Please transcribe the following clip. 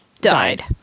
died